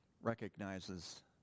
recognizes